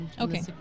Okay